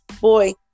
boy